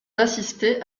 d’assister